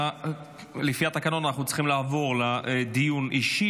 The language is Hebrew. לפי התקנון, אנחנו צריכים לעבור לדיון אישי.